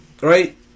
right